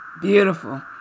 beautiful